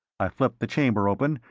i flipped the chamber open,